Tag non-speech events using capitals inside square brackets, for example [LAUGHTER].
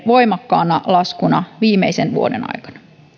[UNINTELLIGIBLE] voimakkaana laskuna viimeisen vuoden aikana